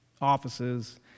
offices